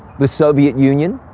the soviet union?